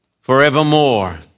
forevermore